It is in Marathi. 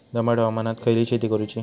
दमट हवामानात खयली शेती करूची?